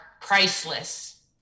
priceless